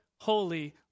holy